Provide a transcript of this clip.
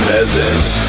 Peasants